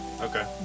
Okay